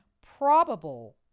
probable